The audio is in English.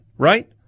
Right